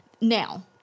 now